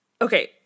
okay